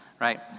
right